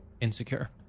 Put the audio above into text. insecure